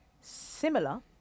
similar